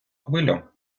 хвилю